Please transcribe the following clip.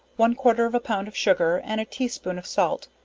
one quarter of a pound of sugar, and a tea spoon of salt,